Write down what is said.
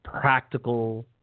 practical